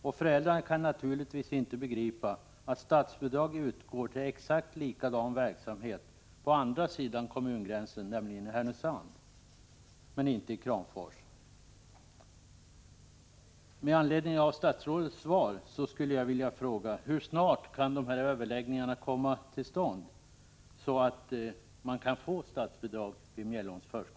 Och föräldrarna kan naturligtvis inte begripa varför statsbidrag utgår till en exakt likadan verksamhet på andra sidan kommungränsen, nämligen i Härnösand — men alltså inte i Kramfors.